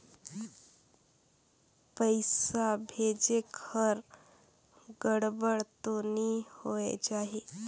पइसा भेजेक हर गड़बड़ तो नि होए जाही?